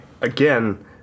again